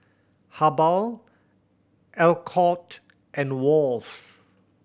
Habhal Alcott and Wall's